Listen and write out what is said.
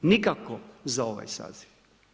Nikako za ovaj saziv.